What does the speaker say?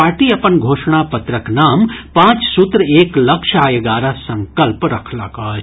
party अपन घोषणा पत्रक नाम पांच सूत्र एक लक्ष्य आ एगारह संकल्प रखलक अछि